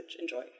enjoy